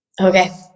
okay